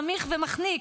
סמיך ומחניק.